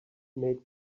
made